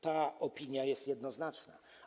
Ta opinia jest jednoznaczna.